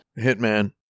Hitman